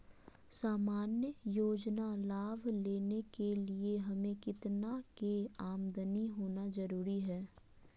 सामान्य योजना लाभ लेने के लिए हमें कितना के आमदनी होना जरूरी है?